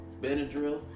Benadryl